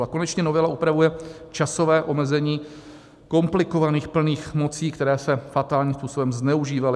A konečně novela upravuje časové omezení komplikovaných plných mocí, které se fatálním způsobem zneužívaly.